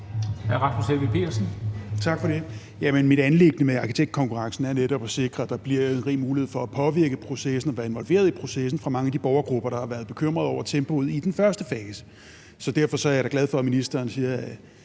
Petersen (RV): Tak for det. Mit anliggende med arkitektkonkurrencen er netop at sikre, at der bliver rig mulighed for at påvirke processen og være involveret i processen for mange af de borgergrupper, der har været bekymrede over tempoet i den første fase. Derfor er jeg da glad for, at ministeren siger,